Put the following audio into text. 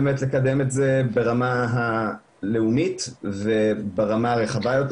באמת לקדם את זה ברמה הלאומית וברמה הרחבה יותר